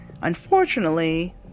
unfortunately